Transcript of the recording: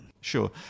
Sure